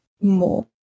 more